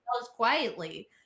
quietly